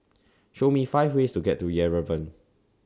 Show Me five ways to get to Yerevan